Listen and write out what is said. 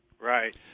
Right